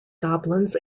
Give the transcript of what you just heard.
goblins